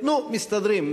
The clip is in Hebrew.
נו, מסתדרים.